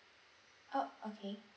oh okay